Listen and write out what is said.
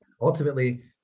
ultimately